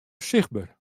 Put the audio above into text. sichtber